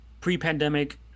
pre-pandemic